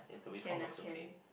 can ah can